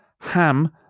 ham